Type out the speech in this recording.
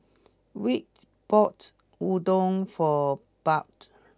Vick bought Udon for Bud